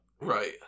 Right